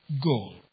goal